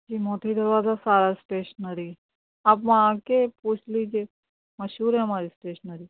جی موتی دروازہ سارا اسٹیشنری آپ وہاں آ کے پوچھ لیجیے مشہور ہے ہماری اسٹیشنری